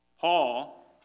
Paul